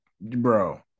bro